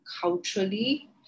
culturally